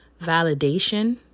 validation